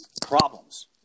problems